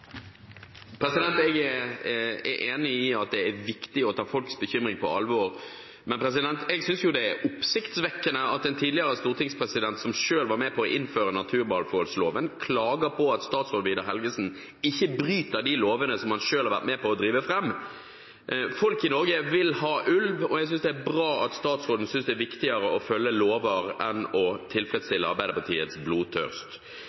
Jeg er enig i at det er viktig å ta folks bekymring på alvor, men jeg syns det er oppsiktsvekkende at en tidligere stortingspresident, som selv var med på å innføre naturmangfoldloven, klager på at statsråd Vidar Helgesen ikke bryter de lovene som han selv har vært med på å drive fram. Folk i Norge vil ha ulv, og jeg syns det er bra at statsråden syns det er viktigere å følge lover enn å tilfredsstille Arbeiderpartiets blodtørst.